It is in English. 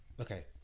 okay